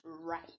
right